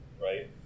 Right